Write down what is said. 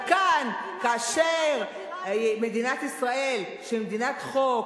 אבל כאן, כאשר מדינת ישראל, שהיא מדינת חוק,